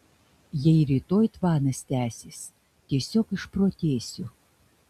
jei ir rytoj tvanas tęsis tiesiog išprotėsiu